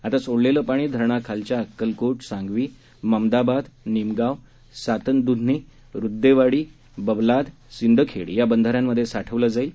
आता सोडलेलं पाणी धरणाखालच्या अक्कलकोट सांगवी ममदाबाद निमगाव सातनदुधनी रुद्देवाडी बबलाद सिंदखेड या बंधाऱ्यांमधे साठवलं जाणार आहे